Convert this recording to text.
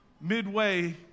midway